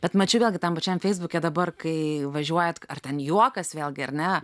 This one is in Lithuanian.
bet mačiau vėlgi tam pačiam feisbuke dabar kai važiuojat ar ten juokas vėlgi ar ne